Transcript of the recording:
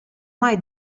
mai